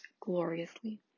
gloriously